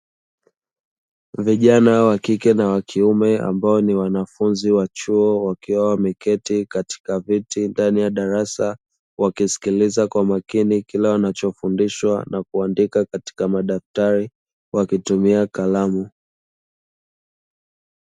Vijana wa kike na wa kiume ambao ni wanafunzi wa chuo, wakiwa wameketi katika viti ndani ya darasa wakisikiliza kwa makini kila wanachofundishwa na kuandika katika madaftari wakitumia kalamu.